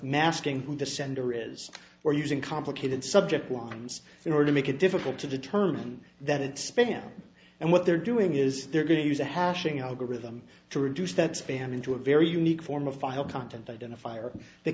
masking who the sender is for using complicated subject lines in order to make it difficult to determine that it spam and what they're doing is they're going to use a hashing out a rhythm to reduce that spam into a very unique form of file content identifier they